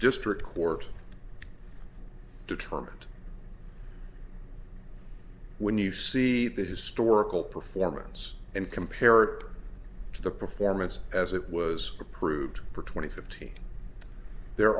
district court determined when you see the historical performance and compare it to the performance as it was approved for twenty fifty there